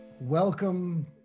Welcome